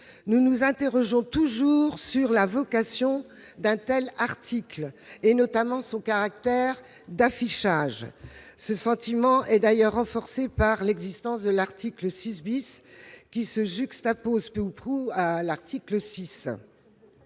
de nous interroger sur la vocation d'un tel article, notamment sur son caractère d'affichage. Ce sentiment est d'ailleurs renforcé par l'existence de l'article 6 qui se juxtapose peu ou prou à l'article 6.